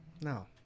No